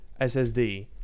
ssd